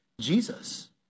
Jesus